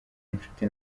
inshuti